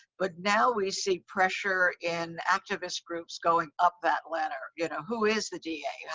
but now we see pressure in activist groups going up that ladder, you know, who is the da,